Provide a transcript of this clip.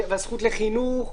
הזכות לחינוך,